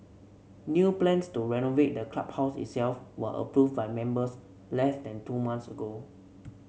new plans to renovate the clubhouse itself were approved by members less than two months ago